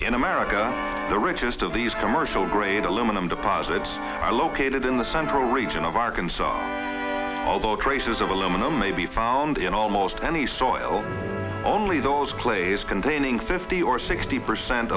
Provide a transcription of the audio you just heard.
in america the richest of these commercial grade aluminum deposits located in the central region of arkansas although traces of aluminum may be found in almost any soil only those clays containing fifty or sixty percent